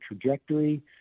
trajectory